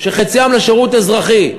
חציים לשירות אזרחי,